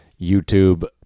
YouTube